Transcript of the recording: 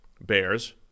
Bears